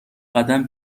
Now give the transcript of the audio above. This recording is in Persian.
قدم